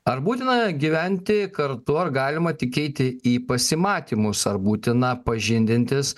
ar būtina gyventi kartu ar galima tik eiti į pasimatymus ar būtina pažindintis